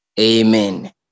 Amen